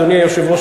אדוני היושב-ראש,